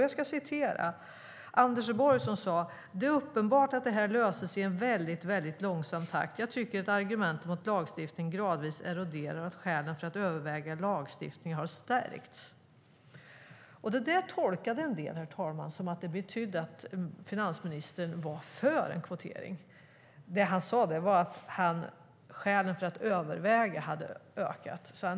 Jag ska citera Anders Borg, som sade: "Det är uppenbart att det här löses i en väldigt, väldigt långsam takt. Jag tycker att argumenten mot lagstiftning gradvis eroderar och att skälen för att överväga lagstiftning har stärkts." Det där tolkade en del, herr talman, som att finansministern var för en kvotering. Det han sade var att skälen för att överväga hade stärkts.